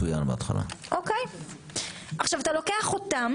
אתה לוקח אותם